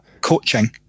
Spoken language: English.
coaching